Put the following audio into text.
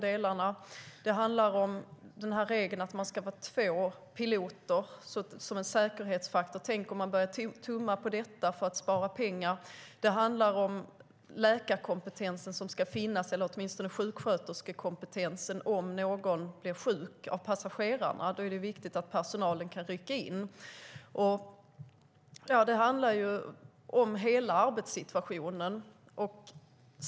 Det handlar om regeln att man ska vara två piloter som en säkerhetsfaktor. Tänk om man börjar tumma på detta för att spara pengar! Det handlar om läkarkompetensen, eller åtminstone sjuksköterskekompetensen, som ska finnas om någon blir sjuk av passagerarna. Då är det viktigt att personalen kan rycka in. Det handlar om hela arbetssituationen.